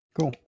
cool